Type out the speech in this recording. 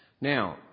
Now